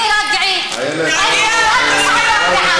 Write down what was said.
תגידי שבחיים עצמם,